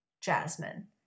Jasmine